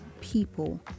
people